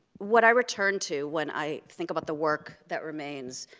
what i return to when i think about the work that remains,